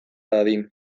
dadin